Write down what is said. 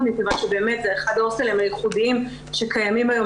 מכיוון שבאמת זה אחד ההוסטלים הייחודיים שקיימים היום,